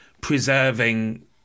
preserving